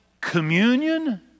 communion